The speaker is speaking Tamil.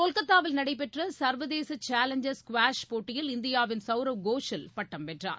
கொல்கத்தாவில் நடைபெற்றசர்வதேசசேலஞ்சர்ஸ் ஸ்குவாஷ் போட்டியில் இந்தியாவின் சவ்ரவ் கோஷல் பட்டம் வென்றார்